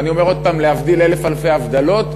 ואני אומר עוד פעם, להבדיל אלף אלפי הבדלות,